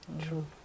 True